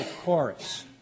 chorus